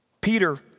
Peter